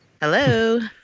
Hello